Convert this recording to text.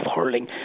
Hurling